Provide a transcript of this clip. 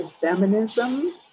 feminism